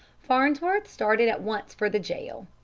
farnsworth started at once for the jail.